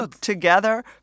together